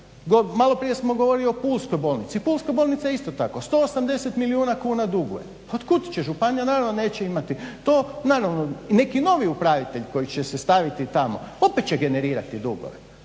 Malo prije smo govorili o pulskoj bolnici. Pulska bolnica isto tako 180 milijuna kuna duguje. Od kud će županija? Naravno neće imati to. Naravno neki novi upravitelj koji će se staviti tamo opet će generirati dugove.